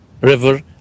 river